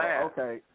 Okay